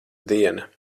diena